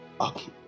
Okay